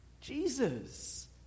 Jesus